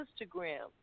instagram